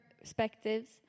perspectives